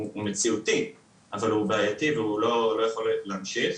הוא מציאותי, אבל הוא בעייתי והוא לא יכול להמשיך.